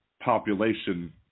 population